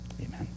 Amen